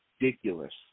ridiculous